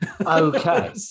Okay